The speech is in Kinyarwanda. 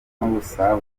n’ubusabane